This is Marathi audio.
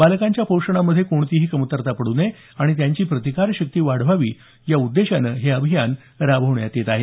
बालकांच्या पोषणामध्ये कोणतीही कमतरता पडू नये आणि त्यांची प्रतिकार शक्ती वाढवावी या उद्देशानं हे अभियान राबवण्यात येत आहे